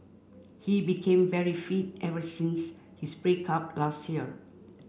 he became very fit ever since his break up last year